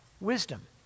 wisdom